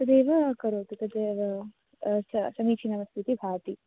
तदेव करोतु तदेव स समीचीनमस्ति इति भाति